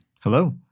Hello